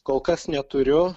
kol kas neturiu